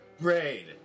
Raid